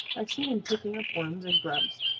i've seen him picking up worms and grubs,